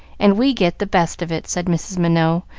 and we get the best of it, said mrs. minot,